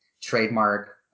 trademark